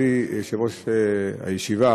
עבירות מין זקוקות לליווי ולסיוע בהליך הפלילי.